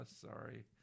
sorry